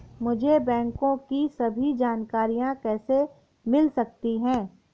मुझे बैंकों की सभी जानकारियाँ कैसे मिल सकती हैं?